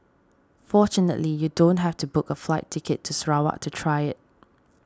fortunately you don't have to book a flight ticket to Sarawak to try it